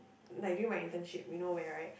like during my internship you know where right